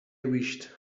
wished